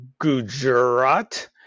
Gujarat